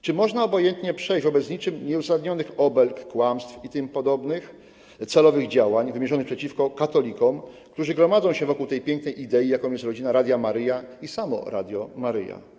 Czy można przejść obojętnie wobec niczym nieuzasadnionych obelg, kłamstw i tym podobnych celowych działań wymierzonych przeciwko katolikom, którzy gromadzą się wokół tej pięknej idei, jaką jest Rodzina Radia Maryja i samo Radio Maryja?